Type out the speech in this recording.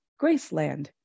Graceland